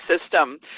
system